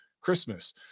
Christmas